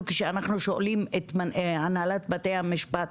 אנחנו, כשאנחנו שואלים את הנהלת בתי המשפט